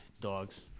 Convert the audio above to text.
dogs